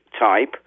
type